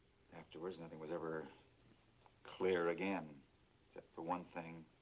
afterwards, nothing was ever clear again, except for one thing,